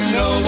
no